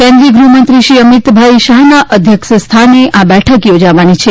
કેન્દ્રીય ગૃહમંત્રી શ્રી અમિતભાઇ શાહના અધ્યક્ષસ્થાને આ બેઠક યોજાવાની છે